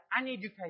uneducated